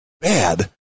bad